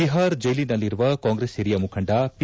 ಪಿಹಾರ್ ಜೈಲಿನಲ್ಲಿರುವ ಕಾಂಗ್ರೆಸ್ ಓರಿಯ ಮುಖಂಡ ಪಿ